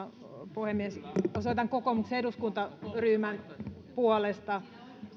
puhemies osoitan kokoomuksen eduskuntaryhmän puolesta